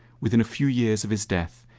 within a few years of his death,